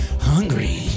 hungry